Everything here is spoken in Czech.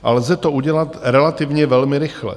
A lze to udělat relativně velmi rychle.